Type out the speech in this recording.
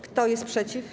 Kto jest przeciw?